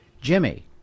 Jimmy